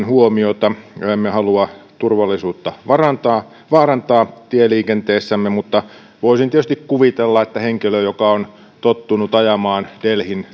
huomiota turvallisuusaspekteihin emme halua vaarantaa vaarantaa turvallisuutta tieliikenteessämme mutta voisin tietysti kuvitella että henkilö joka on tottunut ajamaan delhin